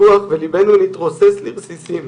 ניגוח וליבנו התרוסס לרסיסים;